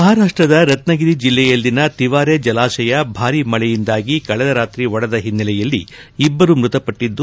ಮಹಾರಾಷ್ಟದ ರತ್ನಗಿರಿ ಜಿಲ್ಲೆಯಲ್ಲಿನ ತಿವರೆ ಜಲಾಶಯ ಬಾರಿ ಮಳೆಯಿಂದಾಗಿ ಕಳೆದ ರಾತ್ರಿ ಒಡೆದ ಹಿನ್ನೆಲೆಯಲ್ಲಿ ಇಬ್ಬರು ಮೃತಪಟ್ಟದ್ದು